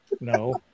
no